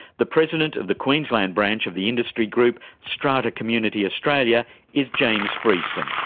the president of the queensland branch of the industry group strata community australia is james freestun.